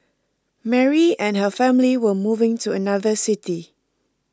Mary and her family were moving to another city